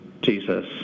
Jesus